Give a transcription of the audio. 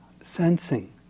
sensing